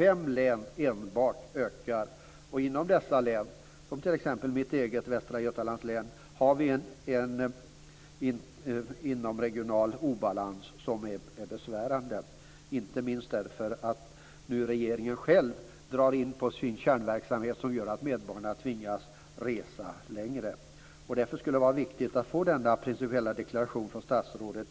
Enbart fem län ökar, och inom dessa län, t.ex. mitt eget Västra Götalands län, har vi en inomregional obalans som är besvärande - inte minst för att regeringen nu själv drar in på sin kärnverksamhet på ett sätt som gör att medborgarna tvingas resa längre. Därför skulle det vara viktigt att få denna principiella deklaration från statsrådet.